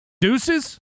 Deuces